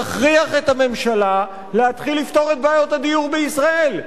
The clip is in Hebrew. יכריח את הממשלה להתחיל לפתור את בעיות הדיור בישראל,